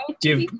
give